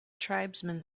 tribesman